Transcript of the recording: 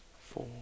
four